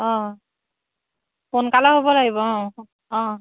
অঁ সোনকালে হ'ব লাগিব অঁ অঁ